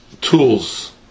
Tools